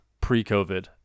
pre-covid